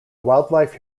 wildlife